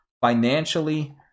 Financially